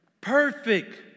Perfect